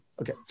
okay